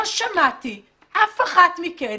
לא שמעתי אף אחת מכן